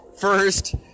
first